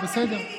בוא תגיד לי,